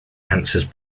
answers